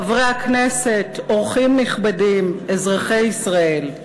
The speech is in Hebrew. חברי הכנסת, אורחים נכבדים, אזרחי ישראל,